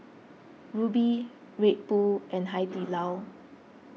Rubi Red Bull and Hai Di Lao